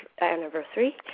anniversary